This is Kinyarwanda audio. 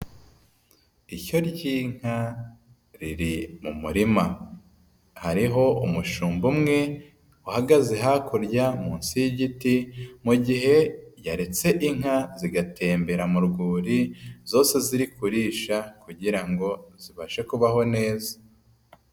Ishyo ry'inka riri mu murima, hariho umushumba umwe uhagaze munsi y'igiti mu gihe yaretse inka zigatembera mu rwuri zose ziri kurisha kugira ngo zibashe kubaho neza.